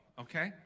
okay